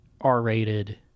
r-rated